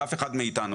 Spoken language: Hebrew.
ואף אחד מאתנו.